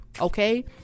okay